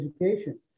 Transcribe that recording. education